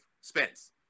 Spence